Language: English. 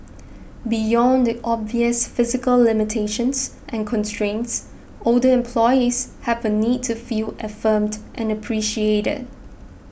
beyond the obvious physical limitations and constraints older employees have a need to feel affirmed and appreciated